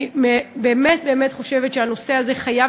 אני באמת באמת חושבת שהנושא הזה חייב